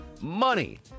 money